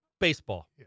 baseball